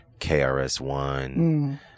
KRS-One